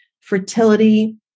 fertility